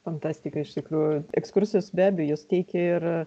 fantastika iš tikrųjų ekskursijos be abejo jos teikia ir